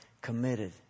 committed